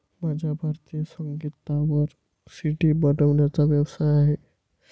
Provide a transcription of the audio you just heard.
माझा भारतीय संगीतावर सी.डी बनवण्याचा व्यवसाय आहे